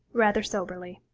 rather soberly.